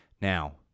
Now